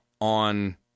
on